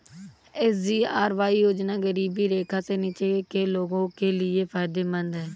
SGRY योजना गरीबी रेखा से नीचे के लोगों के लिए फायदेमंद है